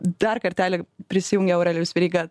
dar kartelį prisijungia aurelijus veryga